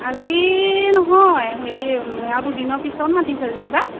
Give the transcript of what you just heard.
আজি নহয় হেৰি আৰু দুদিনৰ পিছত মাতিছে যেনিবা